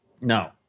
No